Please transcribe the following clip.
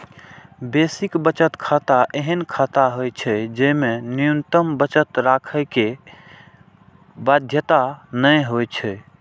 basic बचत खाता एहन खाता होइ छै, जेमे न्यूनतम बचत राखै के बाध्यता नै होइ छै